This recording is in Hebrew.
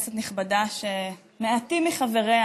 כנסת נכבדה, שמעטים מחבריה